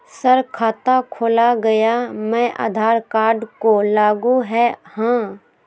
Sir खाता खोला गया मैं आधार कार्ड को लागू है हां?